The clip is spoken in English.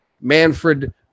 Manfred